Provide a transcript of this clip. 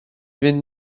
fynd